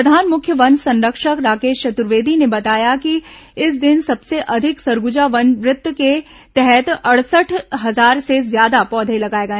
प्रधान मुख्य वन संरक्षक राकेश चतुर्वेदी ने बताया कि इस दिन सबसे अधिक सरगुजा वन वृत्त के तहत सड़सठ हजार से ज्यादा पौधे लगाए गए